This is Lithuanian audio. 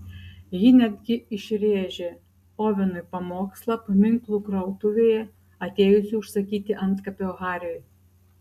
ji netgi išrėžė ovenui pamokslą paminklų krautuvėje atėjusi užsakyti antkapio hariui